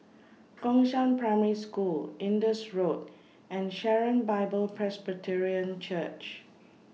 Gongshang Primary School Indus Road and Sharon Bible Presbyterian Church